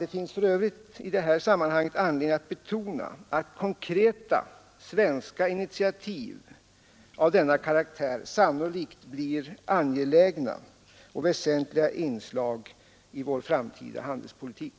Det finns anledning att betona att konkreta svenska initiativ av denna karaktär sannolikt blir angelägna och väsentliga inslag i vår framtida handelspolitik.